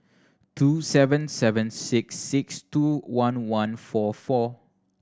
two seven seven six six two one one four four